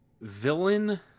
Villain